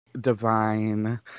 Divine